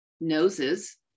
noses